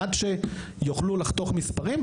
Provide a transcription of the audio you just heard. עד שיוכלו לחתוך מספרים,